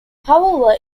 however